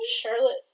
Charlotte